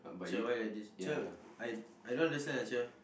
cher why you like this cher I I don't understand lah cher